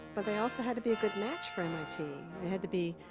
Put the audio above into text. but they also had to be a good match for mit. they had to be